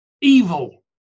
evil